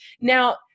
Now